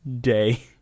day